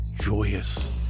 joyous